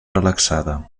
relaxada